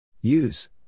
Use